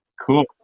Cool